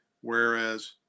whereas